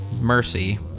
Mercy